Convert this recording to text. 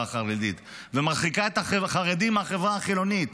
החרדית ומרחיק את החרדים מהחברה החילונית.